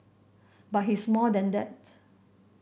but he's more than that